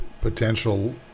potential